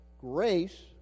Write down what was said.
grace